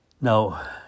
Now